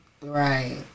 Right